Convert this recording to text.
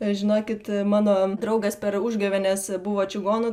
žinokit mano draugas per užgavėnes buvo čigonu